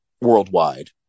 worldwide